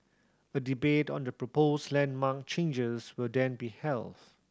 a debate on the proposed landmark changes will then be held